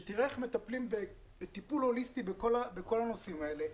שתראה איך מטפלים טיפול הוליסטי בכל הנושאים האלה,